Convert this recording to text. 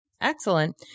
Excellent